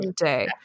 day